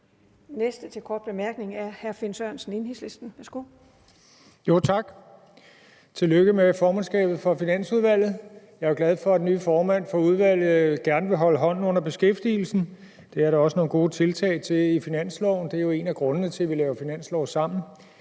Enhedslisten, værsgo. Kl. 13:18 Finn Sørensen (EL): Tak. Tillykke med formandskabet i Finansudvalget. Jeg er glad for, at den nye formand for udvalget gerne vil holde hånden under beskæftigelsen. Det er der også nogle gode tiltag til i finansloven, og det er jo en af grundene til, at vi laver finanslov sammen.